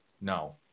No